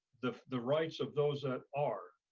the the rights of those ah are,